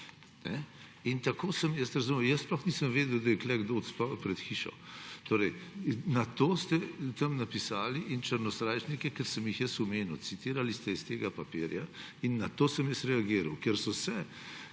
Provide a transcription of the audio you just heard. In tako sem jaz razumel. Jaz sploh nisem vedel, da je tukaj kdo pred hišo. To ste tam napisali in črnosrajčniki, ki sem jih jaz omenil, citrali ste s tega papirja in na to sem jaz reagiral, ker so se